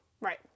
Right